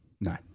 No